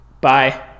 bye